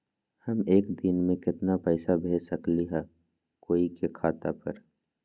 हम एक दिन में केतना पैसा भेज सकली ह कोई के खाता पर?